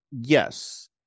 Yes